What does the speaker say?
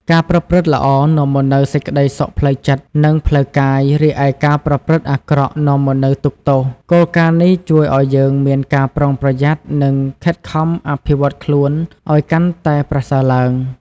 ការប្រព្រឹត្តល្អនាំមកនូវសេចក្តីសុខផ្លូវចិត្ត និងផ្លូវកាយ រីឯការប្រព្រឹត្តអាក្រក់នាំមកនូវទុក្ខទោស។ គោលការណ៍នេះជួយឲ្យយើងមានការប្រុងប្រយ័ត្ន និងខិតខំអភិវឌ្ឍខ្លួនឲ្យកាន់តែប្រសើរឡើង។